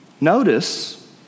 Notice